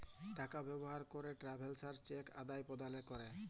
টাকা ব্যবহার ক্যরে ট্রাভেলার্স চেক আদাল প্রদালে ক্যরে